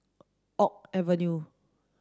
Oak Avenue